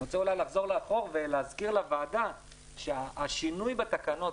אני רוצה לחזור לאחור ולהזכיר לוועדה שהשינוי בתקנות,